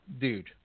dude